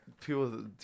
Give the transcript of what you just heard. People